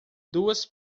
duas